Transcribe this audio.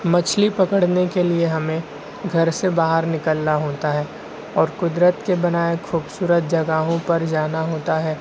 مچھلی پکڑنے کے لیے ہمیں گھر سے باہر نکلنا ہوتا ہے اور قدرت کے بنائے خوبصورت جگہوں پر جانا ہوتا ہے